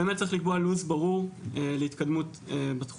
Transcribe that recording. באמת צריך לקבוע לו"ז ברור להתקדמות בתחום.